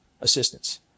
assistance